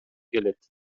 келет